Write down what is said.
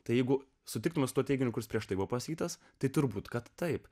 tai jeigu sutiktume su tuo teiginius kuris prieš tai buvo pasakytas tai turbūt kad taip